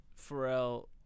Pharrell